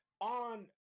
on